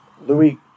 Louis